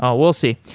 um we'll see.